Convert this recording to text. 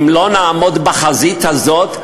אם לא נעמוד בחזית הזאת,